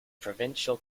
provincial